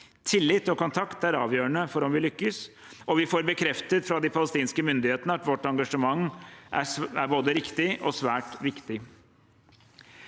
Tillit og kontakt er avgjørende for om vi lykkes, og vi får bekreftet fra de palestinske myndighetene at vårt engasjement er både riktig og svært viktig.